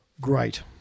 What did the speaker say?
Great